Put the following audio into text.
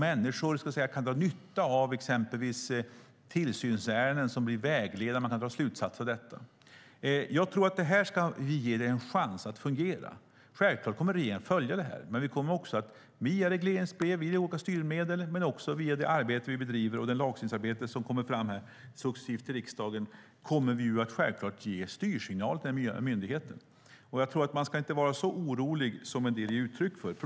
Människor kan dra nytta av exempelvis tillsynsärenden som blir vägledande, och man kan dra slutsatser av det. Låt oss ge det en chans att fungera. Självklart kommer regeringen att följa detta. Via regleringsbrev, olika styrmedel, det arbete vi bedriver och det lagstiftningsarbete som successivt kommer till riksdagen kommer vi givetvis att ge den nya myndigheten styrsignaler. Man behöver inte känna sådan oro som en del ger uttryck för.